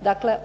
Dakle,